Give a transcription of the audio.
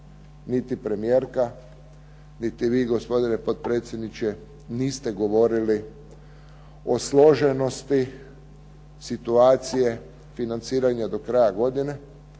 niti premijerka, niti vi gospodine potpredsjedniče niste govorili o složenosti situacije financiranja do kraja godine,